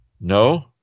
No